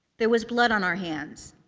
there was blood on our hands.